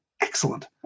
Excellent